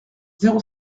zéro